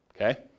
Okay